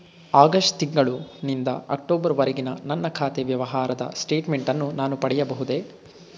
August ತಿಂಗಳು ನಿಂದ October ವರೆಗಿನ ನನ್ನ ಖಾತೆ ವ್ಯವಹಾರದ ಸ್ಟೇಟ್ಮೆಂಟನ್ನು ನಾನು ಪಡೆಯಬಹುದೇ?